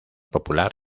popular